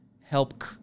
help